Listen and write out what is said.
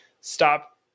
Stop